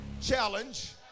challenge